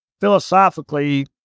philosophically